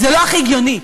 זה לא הכי הגיוני,